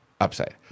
UPSIDE